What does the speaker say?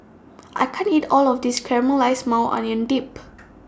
I can't eat All of This Caramelized Maui Onion Dip